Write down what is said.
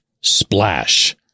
splash